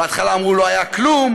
בהתחלה אמרו: לא היה כלום,